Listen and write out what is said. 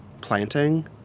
planting